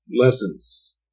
Lessons